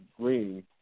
green